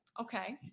okay